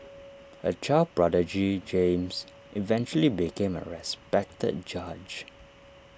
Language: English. A child prodigy James eventually became A respected judge